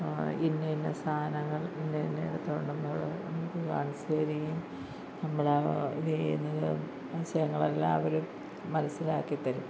ഇന്ന ഇന്ന സാധനങ്ങൾ ഇന്ന ഇടുത്തണ്ടെന്നുള്ളത് നമുക്ക് കാണിച്ച് തരികയും നമ്മൾ ഇത് ചെയ്യുന്നത് സംശയങ്ങളെല്ലാം അവർ മനസ്സിലാക്കി തരും